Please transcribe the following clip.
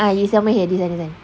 ah it's somewhere here this [one] this [one]